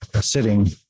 sitting